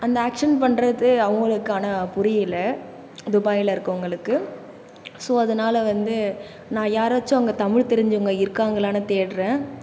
அந்த ஆக்ஷன் பண்ணுறது அவர்களுக்கு ஆனால் புரியலை துபாயில் இருக்கறவங்களுக்கு ஸோ அதனால் வந்து நான் யாராச்சும் அங்கே தமிழ் தெரிஞ்சவங்க இருக்காங்களான்னு தேடுறேன்